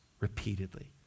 repeatedly